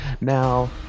Now